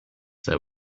that